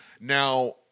Now